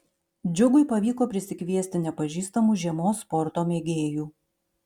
džiugui pavyko prisikviesti nepažįstamų žiemos sporto mėgėjų